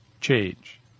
change